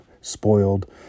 spoiled